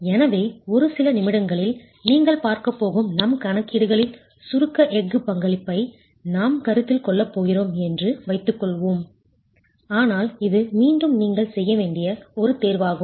எனவே ஒரு சில நிமிடங்களில் நீங்கள் பார்க்கப் போகும் நம் கணக்கீடுகளில் சுருக்க எஃகு பங்களிப்பை நாம் கருத்தில் கொள்ளப் போகிறோம் என்று வைத்துக்கொள்வோம் ஆனால் இது மீண்டும் நீங்கள் செய்ய வேண்டிய ஒரு தேர்வாகும்